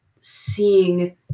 seeing